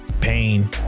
pain